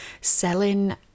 selling